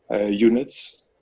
units